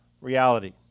reality